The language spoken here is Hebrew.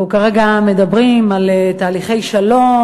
אנחנו כרגע מדברים על תהליכי שלום,